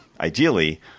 ideally